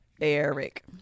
eric